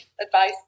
advice